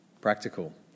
Practical